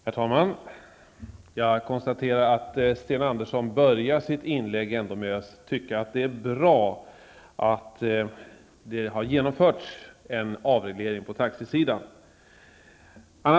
Herr talman! Jag konstaterar att Sten Andersson började sitt inlägg med att tycka att det är bra att det har genomförts en avreglering av taxibranschen.